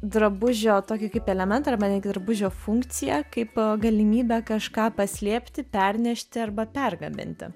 drabužio tokį kaip elementą arba netgi drabužio funkciją kaip galimybę kažką paslėpti pernešti arba pergabenti